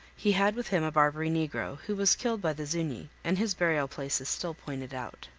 he had with him a barbary negro, who was killed by the zuni, and his burial place is still pointed out.